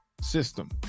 system